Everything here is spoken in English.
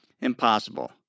impossible